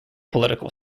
political